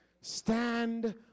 Stand